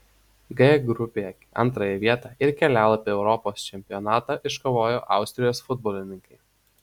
g grupėje antrąją vietą ir kelialapį europos čempionatą iškovojo austrijos futbolininkai